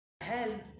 held